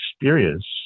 experience